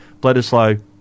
Bledisloe